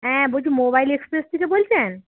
হ্যাঁ বলছি mobile express থেকে বলছেন